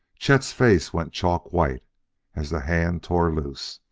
chet's face went chalk-white as the hand tore loose.